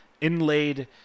inlaid